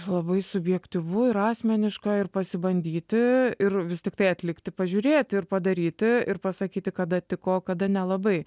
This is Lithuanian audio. labai subjektyvu ir asmeniška ir pasibandyti ir vis tiktai atlikti pažiūrėti ir padaryti ir pasakyti kada tiko o kada nelabai